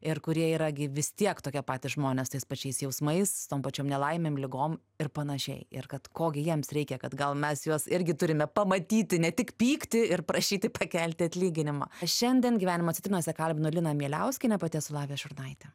ir kurie yra gi vis tiek tokie patys žmonės tais pačiais jausmais tom pačiom nelaimėm ligom ir panašiai ir kad ko gi jiems reikia kad gal mes juos irgi turime pamatyti ne tik pykti ir prašyti pakelti atlyginimą šiandien gyvenimo citrinose kalbinu lina mieliauskienę pati esu lavija šurnaitė